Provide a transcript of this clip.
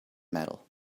medal